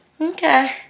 Okay